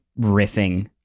riffing